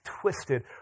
twisted